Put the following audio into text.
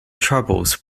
troubles